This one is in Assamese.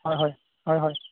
হয় হয় হয় হয়